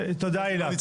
תודה הילה.